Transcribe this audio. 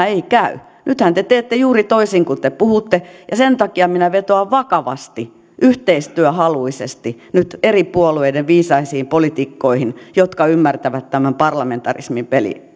ei käy nythän te teette juuri toisin kuin te puhutte ja sen takia minä vetoan vakavasti yhteistyöhaluisesti nyt eri puolueiden viisaisiin poliitikkoihin jotka ymmärtävät tämän parlamentarismin